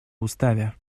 уставе